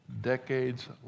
decades